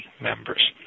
members